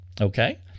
Okay